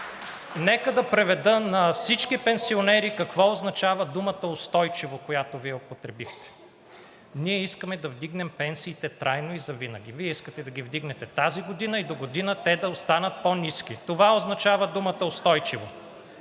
Нека да преведа на всички пенсионери какво означава думата „устойчиво“, която Вие употребихте. Ние искаме да вдигнем пенсиите трайно и завинаги. Вие искате да ги вдигнете тази година и догодина те да останат по-ниски. Това означава думата устойчиво.